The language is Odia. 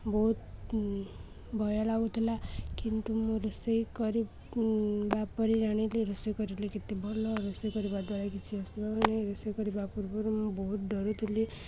ବହୁତ ଭୟ ଲାଗୁଥିଲା କିନ୍ତୁ ମୁଁ ରୋଷେଇ କରିବା ପରେ ଜାଣିଲି ରୋଷେଇ କରିଲେ କେତେ ଭଲ ରୋଷେଇ କରିବା ଦ୍ୱାରା କିଛି ରୋଷେଇ କରିବା ପୂର୍ବରୁ ମୁଁ ବହୁତ ଡ଼ରୁଥିଲି